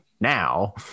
now